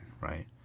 right